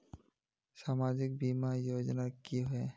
सामाजिक बीमा योजना की होय?